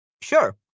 sure